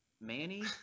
Manny